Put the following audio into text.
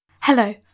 Hello